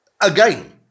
Again